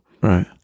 right